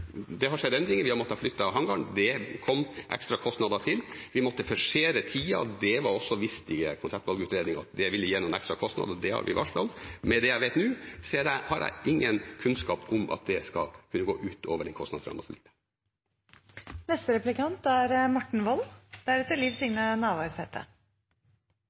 Det har skjedd endringer, vi har måttet flytte hangaren – det kom ekstra kostnader til. Vi måtte forsere tida, konseptvalgutredningen viste også at det ville gi noen ekstra kostnader, så det har vi varslet om. Med det jeg vet nå, har jeg ingen kunnskap om at det vil gå utover den kostnadsramma som ligger der. Jeg vil litt tilbake til representanten Navarsete,